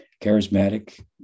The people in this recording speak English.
charismatic